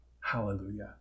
Hallelujah